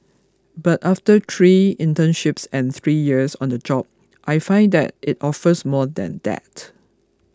but after three internships and three years on the job I find that it offers more than that